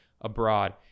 abroad